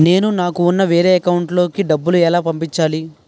నేను నాకు ఉన్న వేరే అకౌంట్ లో కి డబ్బులు ఎలా పంపించాలి?